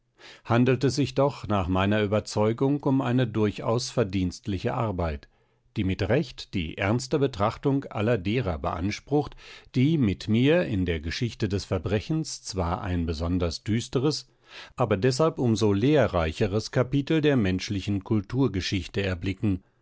handelt es sich doch nach meiner überzeugung um eine durchaus verdienstliche arbeit die mit recht die ernste beachtung aller derer beansprucht die mit mir in der geschichte des verbrechens zwar ein besonders düsteres aber deshalb um so lehrreicheres kapitel der menschlichen kulturgeschichte erblicken